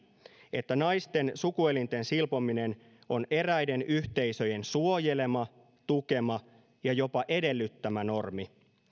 että naisten sukuelinten silpominen on eräiden yhteisöjen suojelema tukema ja jopa edellyttämä normi